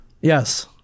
Yes